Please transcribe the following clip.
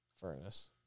Furnace